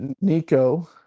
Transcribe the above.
Nico